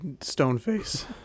stone-face